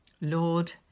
Lord